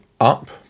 up